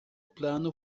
plano